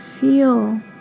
feel